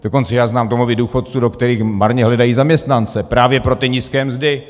Dokonce znám domovy důchodců, do kterých marně hledají zaměstnance právě pro ty nízké mzdy.